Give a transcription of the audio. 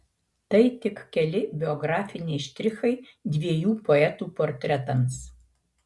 tai tik keli biografiniai štrichai dviejų poetų portretams